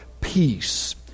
peace